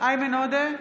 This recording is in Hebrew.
איימן עודה,